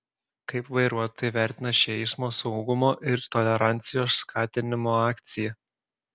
kaip vairuotojai vertina šią eismo saugumo ir tolerancijos skatinimo akciją